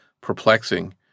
perplexing